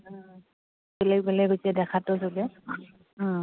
বেলেগ বেলেগ এতিয়া দেখাত